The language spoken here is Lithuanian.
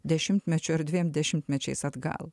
dešimtmečiu ir dviem dešimtmečiais atgal